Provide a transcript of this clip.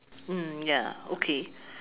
mm ya okay